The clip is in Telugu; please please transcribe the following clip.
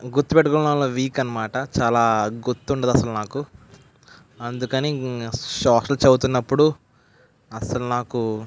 గుర్తు పెట్టుకోవడంలో వీక్ అన్నమాట చాలా గుర్తుండదు అస్సలు నాకు అందుకని సోషల్ చదువుతున్నపుడు అస్సలు నాకు